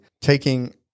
taking